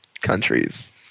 countries